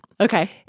Okay